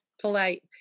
polite